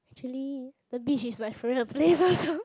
actually the beach is my favorite places so